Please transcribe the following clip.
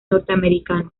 norteamericano